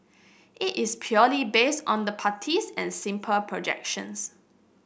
it is purely based on the parties and simple projections